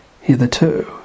hitherto